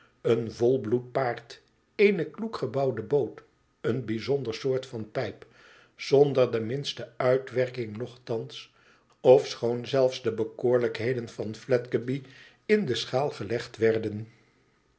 een volbloed paard eene kloek gebouwde boot een bijzonder soort van pijp zonder de minste uitwerking nogthans ofschoon zelfs de bekoorlijkheden van fledgeby in de schaal gelegd werden